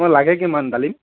আপোনাক লাগে কিমান ডালিম